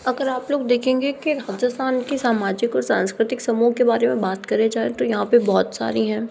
अगर आप लोग देखेंगे के राजस्थान के सामाजिक और सांस्कृतिक समूहों के बारे में बात करी जाए तो यहाँ पे बहुत सारी हैं